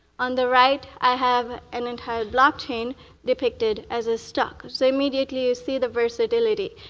on the right, i have an entire blockchain depicted as a stock. so immediately, you see the versatility.